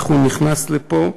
איך הוא נכנס לפה,